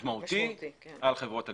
משמעותי על חברות הגבייה.